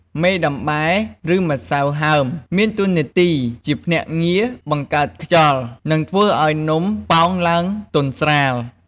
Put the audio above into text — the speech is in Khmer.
មេដំបែឬ ម្សៅហើម មានតួនាទីជាភ្នាក់ងារបង្កើតខ្យល់ និងធ្វើឱ្យនំប៉ោងឡើងទន់ស្រាល។